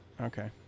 Okay